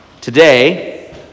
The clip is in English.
Today